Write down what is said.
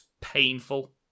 painful